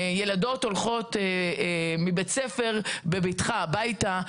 ילדות הולכות מבית ספר בבטחה הביתה,